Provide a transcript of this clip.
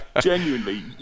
Genuinely